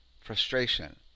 frustration